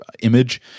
image